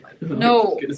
No